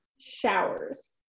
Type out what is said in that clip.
Showers